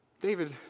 David